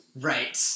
Right